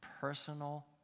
personal